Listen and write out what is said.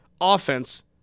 offense